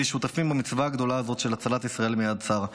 שותפים למצווה הגדולה הזאת של הצלת ישראל מיד צר.